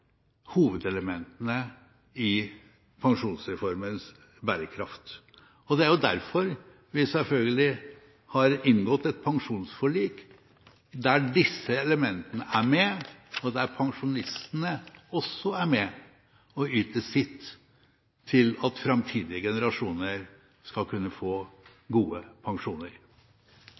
er selvfølgelig derfor vi har inngått et pensjonsforlik der disse elementene er med, og der pensjonistene også er med og yter sitt til at framtidige generasjoner skal kunne få gode pensjoner.